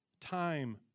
time